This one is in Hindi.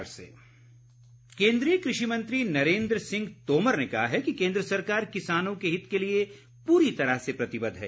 कृषि मंत्री केन्द्रीय कृषि मंत्री नरेन्द्र सिंह तोमर ने कहा है कि केन्द्र सरकार किसानों के हित के लिए प्री तरह से प्रतिबद्ध है